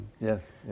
Yes